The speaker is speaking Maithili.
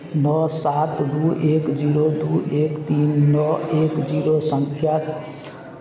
नओ सात दू एक जीरो दू एक तीन नओ एक जीरो सङ्ख्या